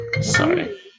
sorry